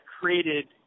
created